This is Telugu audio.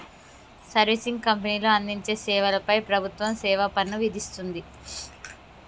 సర్వీసింగ్ కంపెనీలు అందించే సేవల పై ప్రభుత్వం సేవాపన్ను విధిస్తుంది